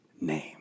name